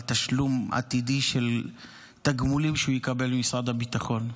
תשלום עתידי של תגמולים שהוא יקבל ממשרד הביטחון.